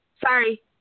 Sorry